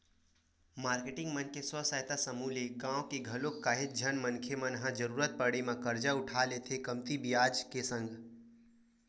marketing मन के स्व सहायता समूह ले गाँव के घलोक काहेच झन मनखे मन ह जरुरत पड़े म करजा उठा लेथे कमती बियाज के संग